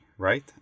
Right